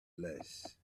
less